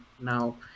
now